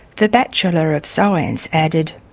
the bachelor of science added